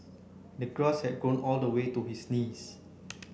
the grass had grown all the way to his knees